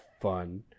fun